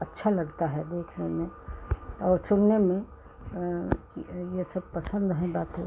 अच्छा लगता है देखने में और सुनने में ये जैसे पसंद हैं बातें